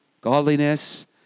godliness